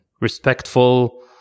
respectful